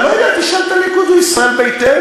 אני לא יודע, תשאל את הליכוד ואת ישראל ביתנו.